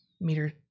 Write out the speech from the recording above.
meter